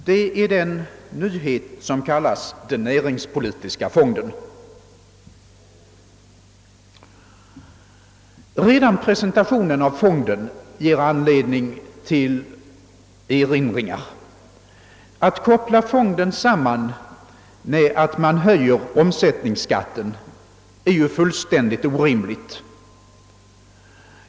Det är en nyhet som kallas den näringspolitiska fonden. Redan presentationen av fonden ger anledning till erinringar. Att koppla fonden samman med en höjning av omsättningsskatten är fullständigt orimligt.